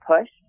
push